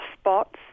spots